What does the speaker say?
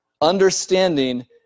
Understanding